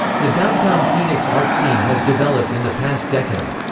the downtown phoenix art scene has developed in the past decade.